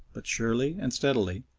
but surely and steadily,